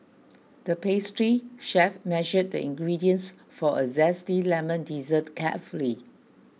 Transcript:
the pastry chef measured the ingredients for a Zesty Lemon Dessert carefully